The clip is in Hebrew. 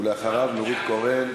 ואחריו, נורית קורן.